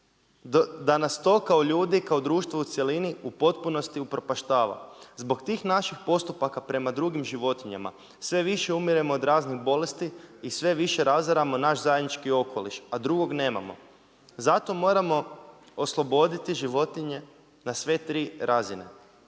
Da nas stoka kao ljudi, kao društvo u cjelini u potpunosti upropaštava. Zbog tih naših postupaka prema drugima životinjama, sve više umiremo od raznih bolesti i sve više razaramo naš zajednički okoliš, a drugog nemamo. Zato moramo osloboditi životinje na sve 3 razine.